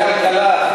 הכלכלה,